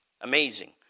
Amazing